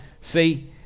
See